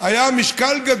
זאת אומרת,